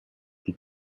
die